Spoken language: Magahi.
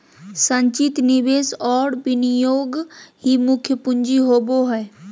संचित निवेश और विनियोग ही मुख्य पूँजी होबो हइ